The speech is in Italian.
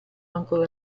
ancora